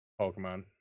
Pokemon